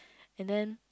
and then